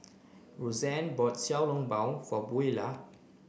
Rosann bought xiao long bao for Buelah